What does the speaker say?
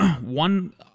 one